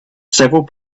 several